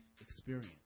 experience